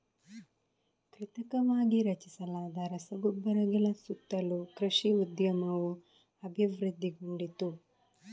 ಕೃತಕವಾಗಿ ರಚಿಸಲಾದ ರಸಗೊಬ್ಬರಗಳ ಸುತ್ತಲೂ ಕೃಷಿ ಉದ್ಯಮವು ಅಭಿವೃದ್ಧಿಗೊಂಡಿತು